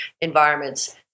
environments